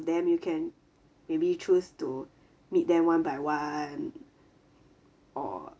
them you can maybe choose to meet them one by one or